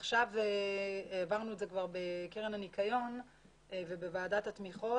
העברנו את זה בקרן הניקיון ובוועדת התמיכות